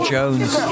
Jones